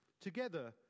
Together